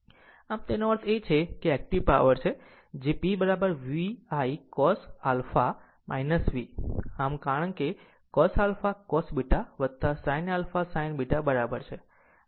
આમ તેનો અર્થ એ કે તે એક્ટીવ પાવર છે P VI cos a V આમ કારણ કે os α cos β sin α sin β બરાબર છે